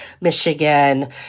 Michigan